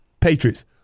Patriots